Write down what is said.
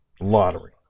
lottery